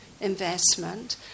investment